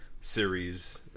series